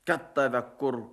kad tave kur